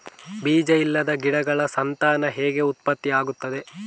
ಬೀಜ ಇಲ್ಲದ ಗಿಡಗಳ ಸಂತಾನ ಹೇಗೆ ಉತ್ಪತ್ತಿ ಆಗುತ್ತದೆ?